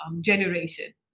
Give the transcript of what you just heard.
generation